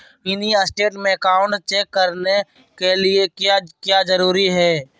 Mini statement में account check करने के लिए क्या क्या जरूरी है?